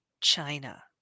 China